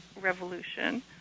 revolution